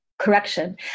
correction